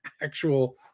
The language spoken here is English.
actual